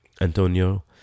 Antonio